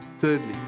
Thirdly